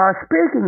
Speaking